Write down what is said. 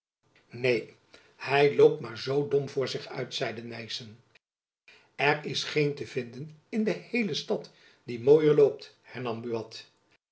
neen hy loopt maar zoo dom voor zich uit zeide nyssen er is er geen te vinden in de heele stad die mooier loopt hernam buat